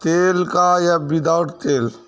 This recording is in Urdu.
تیل کا یا وداؤٹ تیل